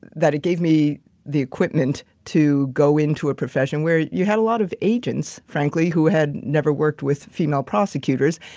that it gave me the equipment to go into a profession where you had a lot of agents, frankly, who had never worked with female prosecutors,